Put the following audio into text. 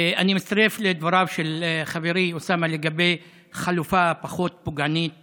אני מצטרף לדבריו של חברי אוסאמה לגבי חלופה פחות פוגענית